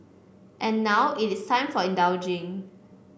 and now it is time for indulging